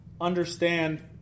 understand